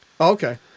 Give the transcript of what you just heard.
Okay